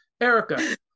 Erica